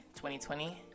2020